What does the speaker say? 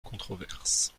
controverse